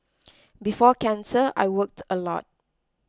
before cancer I worked a lot